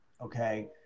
Okay